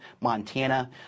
Montana